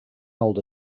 older